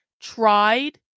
tried